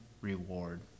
reward